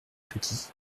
petits